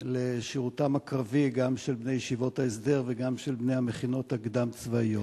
לשירותם הקרבי גם של בני ישיבות ההסדר וגם של בני המכינות הקדם-צבאיות,